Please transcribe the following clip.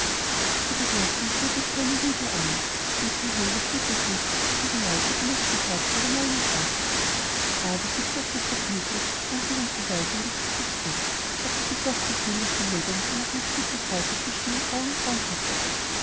diese bemerkung trug ihr zwar eine rüge ein denn frau hellwig litt es nicht daß ihre leute unaufgefordert ihre meinung äußerten aber sie zog sich vergnüglich samt ihrem verweise in die küche zurück hatte sie doch gesehen daß die madame nun auch eine tiefe falte zwischen den augenbrauen hatte